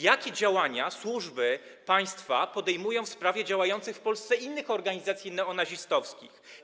Jakie działania służby państwa podejmują w sprawie działających w Polsce innych organizacji neonazistowskich?